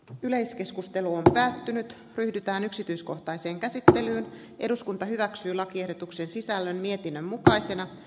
yleiskeskustelua käyty nyt ryhdytään yksityiskohtaisen käsittelyn eduskunta hyväksyi lakiehdotuksen sisällön mietinnön mukaisena